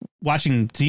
watching